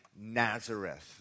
Nazareth